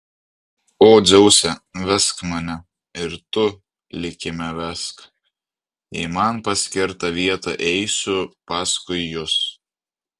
o dzeuse vesk mane ir tu likime vesk į man paskirtą vietą eisiu paskui jus